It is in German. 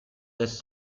lässt